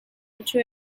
into